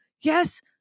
Yes